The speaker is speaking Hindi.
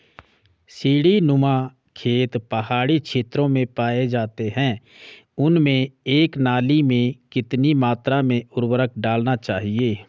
सीड़ी नुमा खेत पहाड़ी क्षेत्रों में पाए जाते हैं उनमें एक नाली में कितनी मात्रा में उर्वरक डालना चाहिए?